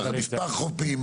מספר החופים,